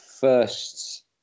first